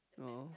no